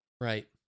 Right